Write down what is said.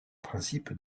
principe